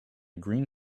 green